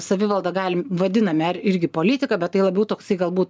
savivaldą galim vadiname ar irgi politika bet tai labiau toksai galbūt